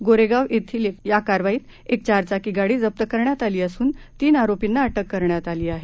गोरेगाव येथील या कारवाईत एक चार चाकी गाडी जप्त करण्यात आली असून तीन आरोपींना अटक करण्यात आली आहे